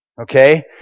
Okay